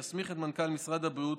יסמיך את מנכ"ל משרד הבריאות